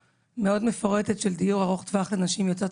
מאוד מפורטת של דיור ארוך טווח של נשים יוצאות